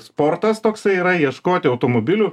sportas toksai yra ieškoti automobilių